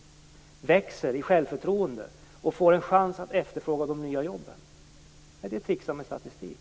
De växer i självförtroende och får en chans att efterfråga de nya jobben. Är det att tricksa med statistik?